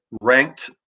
ranked